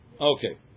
okay